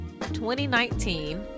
2019